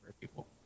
people